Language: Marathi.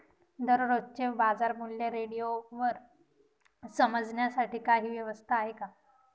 दररोजचे बाजारमूल्य रेडिओवर समजण्यासाठी काही व्यवस्था आहे का?